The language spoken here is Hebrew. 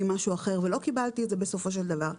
משהו אחר והוא לא קיבל את זה בסופו של דבר.